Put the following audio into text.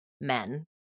men